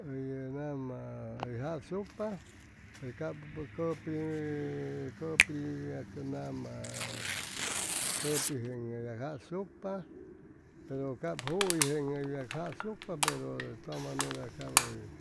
Hʉy nama hʉy jasucpa pe cap cʉpi cʉpi nama cʉpi jeeŋ hʉy yag jasucpa pero cap juhuy jeeŋ hʉy yag jasucpa pro de todas maneras cap hʉy